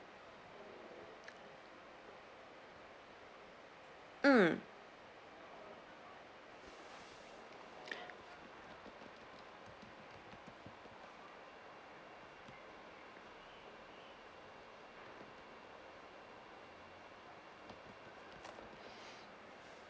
mm